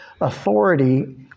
authority